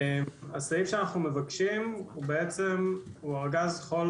הסעיף שאנחנו מבקשים הוא בעצם ארגז חול